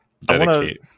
dedicate